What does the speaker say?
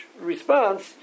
response